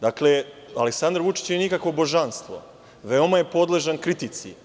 Dakle, Aleksandar Vučić nije nikakvo božanstvo, veoma je podložan kritici.